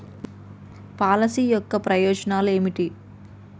Policy యొక్క ప్రయోజనాలు ఏమిటి?